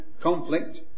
conflict